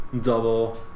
double